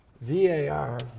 VAR